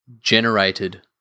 generated